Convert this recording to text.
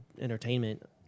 entertainment